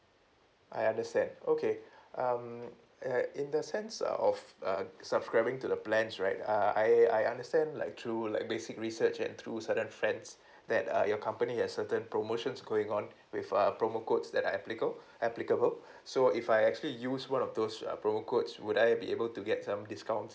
I understand okay um uh in the sense uh of uh subscribing to the plans right uh I I understand like through like basic research and through certain friends that err your company has certain promotions going on with err promo codes that are applica~ applicable so if I actually use one of those uh promo codes would I be able to get some discounts